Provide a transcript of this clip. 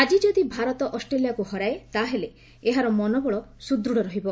ଆକି ଯଦି ଭାରତ ଅଷ୍ଟ୍ରେଲିଆକୁ ହରାଏ ତାହେଲେ ଏହାର ମନୋବଳ ସ୍ତଦୃଢ୍ ରହିବ